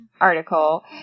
article